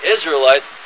Israelites